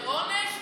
זה עונש?